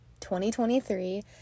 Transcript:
2023